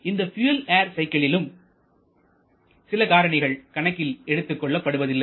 இந்த fuel air சைக்கிளிலும் சில காரணிகள் கணக்கில் எடுத்துக் கொள்ளப்படுவதில்லை